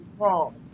wrong